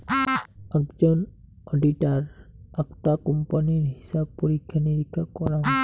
আকজন auditor আকটা কোম্পানির হিছাব পরীক্ষা নিরীক্ষা করাং